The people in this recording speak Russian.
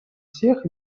всех